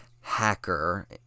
hacker